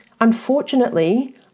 Unfortunately